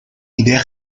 idea